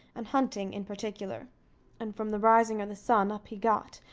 and hunting in particular and from the rising o' the sun, up he got,